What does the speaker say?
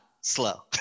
slow